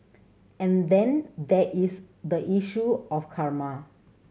and then there is the issue of karma